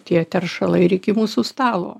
tie teršalai iki mūsų stalo